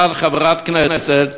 באה חברת כנסת,